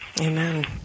Amen